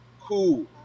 Cool